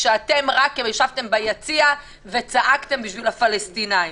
כשאתם רק ישבתם ביציע וצעקתם בשביל הפלסטינאים.